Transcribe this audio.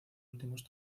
últimos